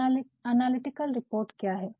अब analytical report क्या है